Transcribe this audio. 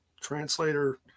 translator